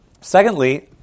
secondly